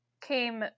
came –